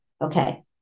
Okay